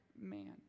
man